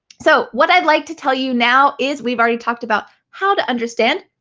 so what i'd like to tell you now, is we've already talked about how to understand,